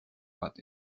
but